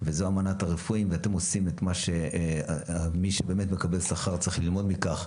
וזו אמנת הרופאים ומי שבאמת מקבל שכר צריך ללמוד מכך,